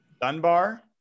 Dunbar